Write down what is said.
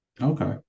Okay